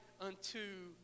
unto